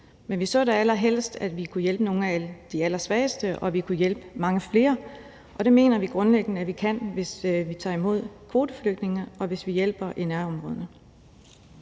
Men vi så da allerhelst, at vi kunne hjælpe nogle af de allersvageste, og at vi kunne hjælpe mange flere, og det mener vi grundlæggende at vi kan, hvis vi tager imod kvoteflygtninge, og hvis vi hjælper i nærområderne.